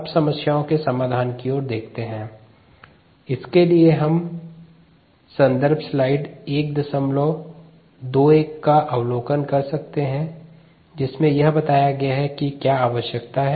अब समस्याओं के समाधान की ओर देखते है